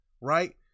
right